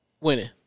Winning